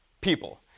people